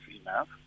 enough